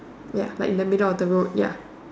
ya like in the middle of the road ya